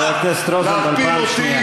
אנחנו החלטנו לפתוח בחקירה?